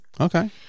Okay